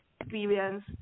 experience